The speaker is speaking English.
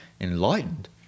enlightened